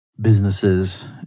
businesses